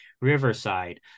Riverside